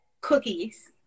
Cookies